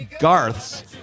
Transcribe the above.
Garth's